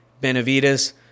benavides